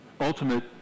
ultimate